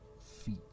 feet